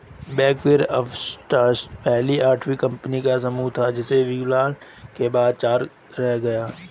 big four auditors पहले आठ कंपनियों का समूह था जो विलय के बाद चार रह गया